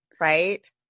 right